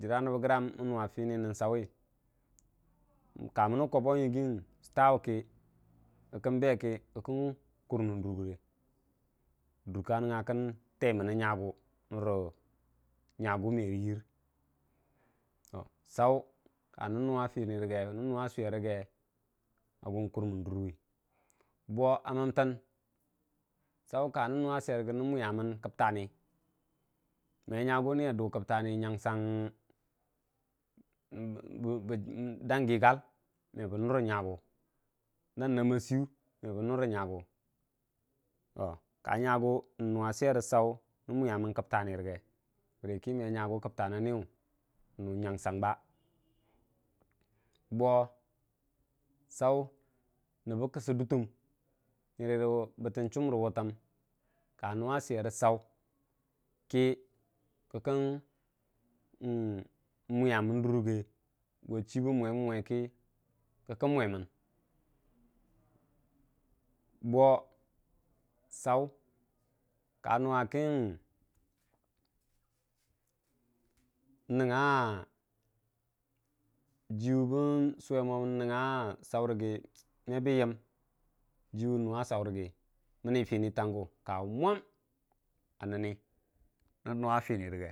jərra nəbbagram mən nuwa fani nən tsawi kamənni chəmən stawu kə kən kurmən dur rəgtemən nyafu merə yər bo kanən nuwa swer rəg nən mwiyamən kəbtani me ni a duu kəbtani nyangsang giigal me bə nurə nyagu dan nama siyʊ me bə nurə nyagu nən nuwa swer rə tsaw nən nwiya mən kəbtani rəge boo tsau nəbbə kəsə duttəm nyərə wutəm ka nuwa swer rə tsaw kə kən mwiyamən dur rəge gwa chii bən mwemənkə kən mwamən, boo tsaw ka nuwa kən nuwa jiwu bən swee mo nuwa tsau rəgə mebən yəm jin num tsau rəgə mənə fini tangu kawu mwam a nəni mwam.